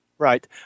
right